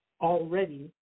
already